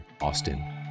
Austin